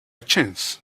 chance